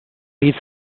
need